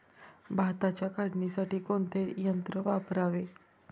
भाताच्या काढणीसाठी कोणते यंत्र वापरावे?